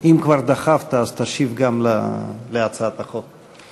אם כבר דחפת אז תשיב גם להצעת החוק.